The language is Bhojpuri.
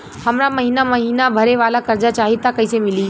हमरा महिना महीना भरे वाला कर्जा चाही त कईसे मिली?